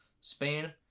Spain